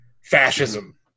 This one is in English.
fascism